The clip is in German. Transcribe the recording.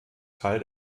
teil